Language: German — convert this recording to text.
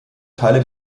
teile